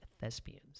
thespians